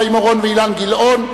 חיים אורון ואילן גילאון.